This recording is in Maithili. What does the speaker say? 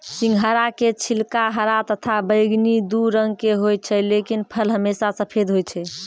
सिंघाड़ा के छिलका हरा तथा बैगनी दू रंग के होय छै लेकिन फल हमेशा सफेद होय छै